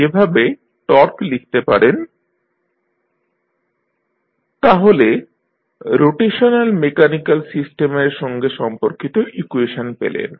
যেভাবে টর্ক লিখতে পারেন TTJTBTKJd2dt2Bdθdtkθ তাহলে রোটেশনাল মেকানিক্যাল সিস্টেমের সঙ্গে সম্পর্কিত ইকুয়েশন পেলেন